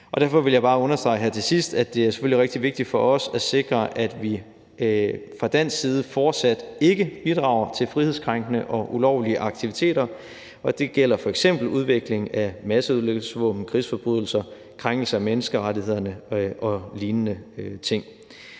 Jeg vil bare understrege her til sidst, at det selvfølgelig er rigtig vigtigt for os at sikre, at vi fra dansk side fortsat ikke bidrager til frihedskrænkende og ulovlige aktiviteter; det gælder f.eks. udviklingen af masseødelæggelsesvåben, krigsforbrydelser, krænkelser af menneskerettighederne og lignende ting.